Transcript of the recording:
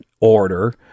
order